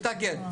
מתנגד.